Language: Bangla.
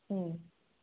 হুম